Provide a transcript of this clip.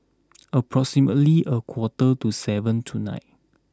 approximately a quarter to seven tonight